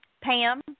Pam